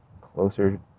closer